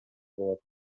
болот